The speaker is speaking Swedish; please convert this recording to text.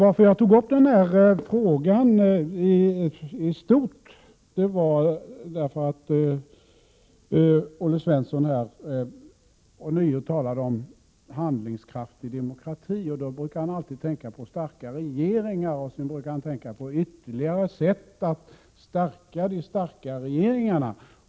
Att jag tog upp denna fråga i stort beror på att Olle Svensson ånyo talade om handlingskraftig demokrati. Med detta brukar han alltid avse starka regeringar. Han brukar då även framföra tankar om ytterligare sätt att stärka de starka regeringarna.